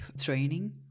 training